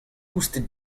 koustet